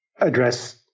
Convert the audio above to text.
address